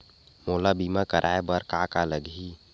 मोला बीमा कराये बर का का लगही?